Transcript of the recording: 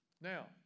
Now